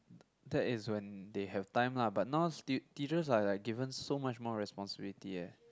that is when they have time lah but now t~ teachers are like given so much more responsibility eh